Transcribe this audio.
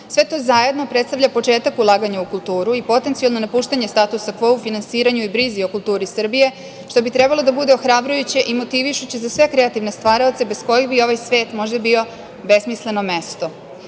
sve to zajedno predstavlja početak ulaganja u kulturu i potencijalno napuštanje statusa kvo u finansiranju i brizi o kulturi Srbije, što bi trebalo da bude ohrabrujuće i motivišući za sve kreativne stvaraoce bez kojih bi ovaj svet možda bio besmisleno mesto. Izreka